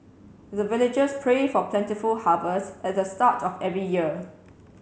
the villagers pray for plentiful harvest at the start of every year